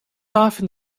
often